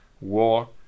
war